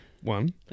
One